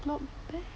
not bad